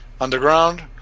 underground